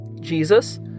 Jesus